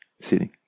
sitting